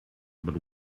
but